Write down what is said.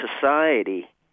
society